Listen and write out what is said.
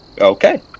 Okay